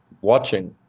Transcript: watching